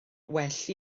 well